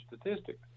statistics